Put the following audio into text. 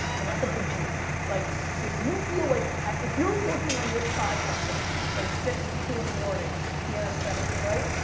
and that's a big deal. like if you feel like if you're working on your side hustle from six to two in the morning, six p m, seven p m, right,